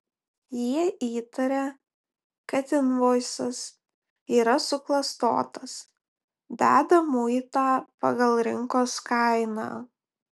jei įtaria kad invoisas yra suklastotas deda muitą pagal rinkos kainą